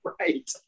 right